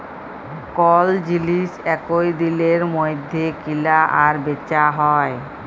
call জিলিস একই দিলের মইধ্যে কিলা আর বিচা হ্যয়